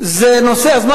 אז מה,